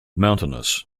mountainous